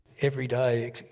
everyday